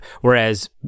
Whereas